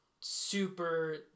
super